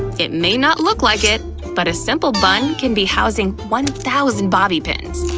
it may not look like it, but a simple bun can be housing one thousand bobby pins.